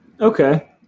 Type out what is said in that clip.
Okay